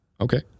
okay